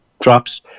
drops